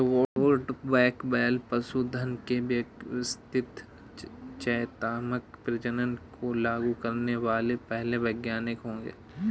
Robert Bakewell पशुधन के व्यवस्थित चयनात्मक प्रजनन को लागू करने वाले पहले वैज्ञानिक है